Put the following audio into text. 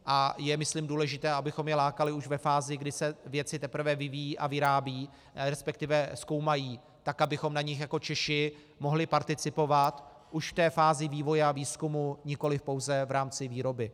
A je myslím důležité, abychom je lákali už ve fázi, kdy se věci teprve vyvíjí a vyrábí, resp. zkoumají, tak abychom na nich jako Češi mohli participovat už v té fázi vývoje a výzkumu, nikoliv pouze v rámci výroby.